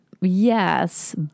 yes